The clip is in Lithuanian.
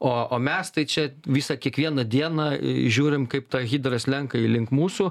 o o mes tai čia visą kiekvieną dieną žiūrim kaip ta hidra slenka į link mūsų